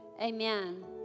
Amen